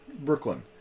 Brooklyn